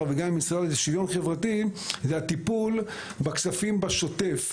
וגם עם המשרד לשוויון חברתי זה הטיפול בכספים בשוטף.